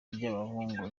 ry’abahungu